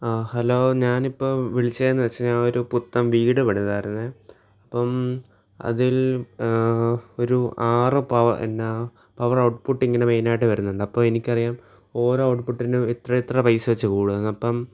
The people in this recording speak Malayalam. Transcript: ഹലോ ഞാനിപ്പോൾ വിളിച്ചത് എന്ന് വച്ചഴിഞ്ഞാൽ ഒരു പുത്തൻ വീട് പണിതായിരുന്നു അപ്പം അതിൽ ഒരു ആറ് പവ പവർ ഔട്പുട്ടിങ്ങിന് മെയിൻ ആയിട്ട് വരുന്നത് അപ്പോൾ എനിക്കറിയാം ഓരോ ഔട്പുട്ടിനും ഇത്ര ഇത്ര പൈസ വച്ച് കൂടുമെന്ന് അപ്പം